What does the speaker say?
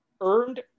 earned